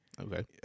Okay